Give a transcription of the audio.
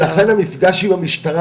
ולכן המפגש עם המשטרה,